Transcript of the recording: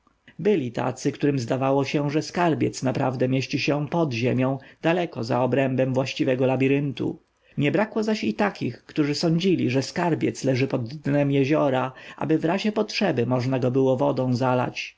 byli tacy którym zdawało się że skarbiec naprawdę mieści się pod ziemią daleko za obrębem właściwego labiryntu nie brakło zaś i takich którzy sądzili że skarbiec leży pod dnem jeziora aby w razie potrzeby można go wodą zalać